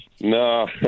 No